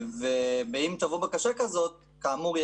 אם תבוא בקשה כזאת כאמור,